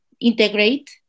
integrate